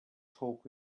talk